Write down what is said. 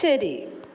ശരി